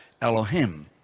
Elohim